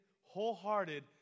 wholehearted